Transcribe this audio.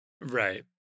right